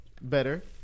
Better